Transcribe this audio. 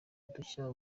udushya